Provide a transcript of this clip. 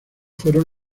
fueron